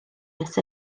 nes